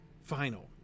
final